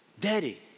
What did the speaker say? Daddy